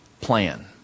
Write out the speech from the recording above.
plan